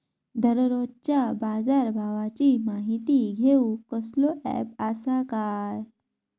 दररोजच्या बाजारभावाची माहिती घेऊक कसलो अँप आसा काय?